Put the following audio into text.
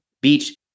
beach